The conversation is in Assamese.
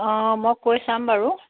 অঁ মই কৈ চাম বাৰু